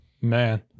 Man